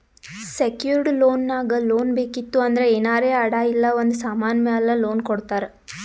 secured loan ನಾಗ್ loan ಬೇಕಿತ್ತು ಅಂದ್ರ ಏನಾರೇ ಅಡಾ ಇಲ್ಲ ಒಂದ್ ಸಮಾನ್ ಮ್ಯಾಲ ಲೋನ್ ಕೊಡ್ತಾರ್